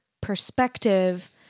perspective